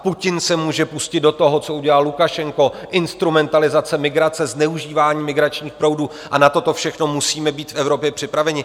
Putin se může pustit do toho, co udělal Lukašenko instrumentalizace migrace, zneužívání migračních proudů a na toto všechno musíme být v Evropě připraveni.